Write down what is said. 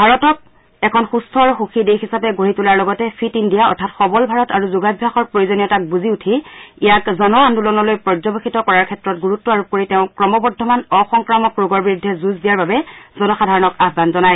ভাৰতক এখন সুস্থ আৰু সুখী দেশ হিচাপে গঢ়ি তোলাৰ লগতে ফিট ইণ্ডিয়া অৰ্থাৎ সবল ভাৰত আৰু যোগাভ্যাসৰ প্ৰযোজনীয়তাক বুজি উটি ইয়াক জন আন্দোলনলৈ পৰ্যবসিত কৰাৰ ক্ষেত্ৰত গুৰুত্ব আৰোপ কৰি তেওঁ ক্ৰমবদ্ধমান অসংক্ৰামক ৰোগৰ বিৰুদ্ধে যুঁজ দিয়াৰ বাবে জনসাধাৰণক আহান জনায়